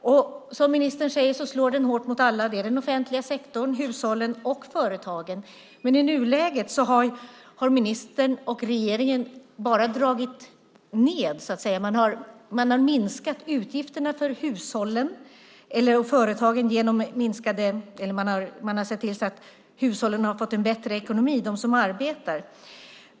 Som ministern säger slår den hårt mot alla: den offentliga sektorn, hushållen och företagen. Men i nuläget har ministern och regeringen bara dragit ned, så att säga. Man har minskat utgifterna för hushållen och företagen. Man har sett till att hushåll med arbetande har fått bättre ekonomi.